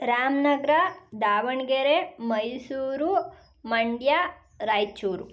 Ramanagara Davanagere Mysuru Mandya Raichur